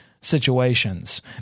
situations